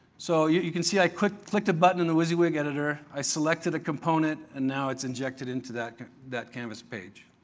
so yeah you can see i clicked clicked a button in the wysiwyg editor. i selected a component and now it's injected into that that canvas page.